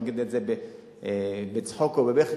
נגיד את זה בצחוק או בבכי,